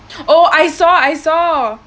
oh I saw I saw